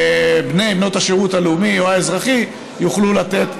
בני ובנות השירות הלאומי או האזרחי יוכלו לתת,